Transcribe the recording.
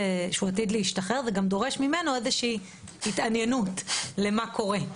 להשתחרר זה גם דורש ממנו איזושהי התעניינות למה שקורה,